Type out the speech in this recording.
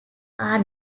are